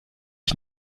ich